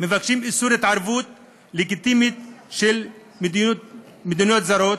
מבקשים איסור התערבות לגיטימית של מדינות זרות,